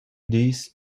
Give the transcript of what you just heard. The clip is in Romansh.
dis